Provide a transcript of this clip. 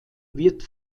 wird